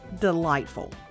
delightful